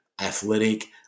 athletic